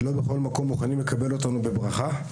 לא בכל מקום מוכנים לקבל אותנו בברכה.